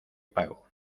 pago